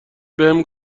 بهم